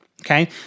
Okay